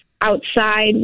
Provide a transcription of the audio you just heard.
outside